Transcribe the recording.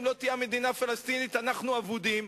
אם לא תהיה מדינה פלסטינית אנחנו אבודים,